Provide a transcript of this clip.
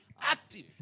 active